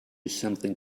something